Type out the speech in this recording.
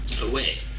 Away